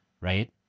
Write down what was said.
right